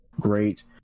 great